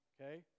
okay